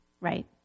Right